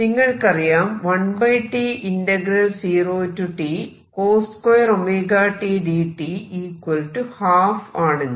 നിങ്ങൾക്കറിയാം ആണെന്ന്